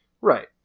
Right